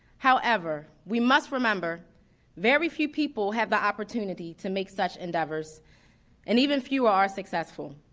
however, we must remember very few people have the opportunity to make such endeavors and even fewer are successful.